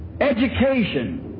education